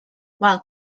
while